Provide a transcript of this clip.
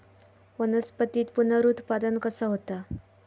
वनस्पतीत पुनरुत्पादन कसा होता?